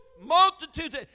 Multitudes